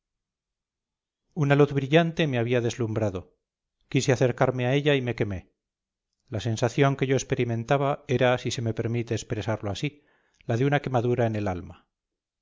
una luz brillante me había deslumbrado quise acercarme a ella y me quemé la sensación que yo experimentaba era si se me permite expresarlo así la de una quemadura en el alma